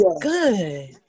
Good